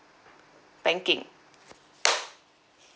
banking